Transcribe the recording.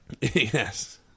Yes